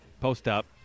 post-up